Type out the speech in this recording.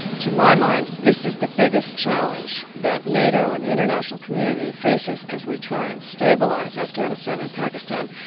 to my mind, this is the biggest challenge that nato and the international community faces as we try and stabilise afghanistan and pakistan.